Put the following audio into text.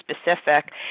specific